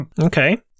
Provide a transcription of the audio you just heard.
Okay